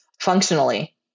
functionally